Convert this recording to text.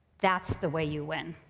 that's the way you win.